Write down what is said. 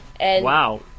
wow